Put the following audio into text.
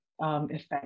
effect